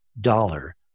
dollar